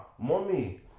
mommy